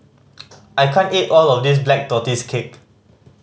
I can't eat all of this Black Tortoise Cake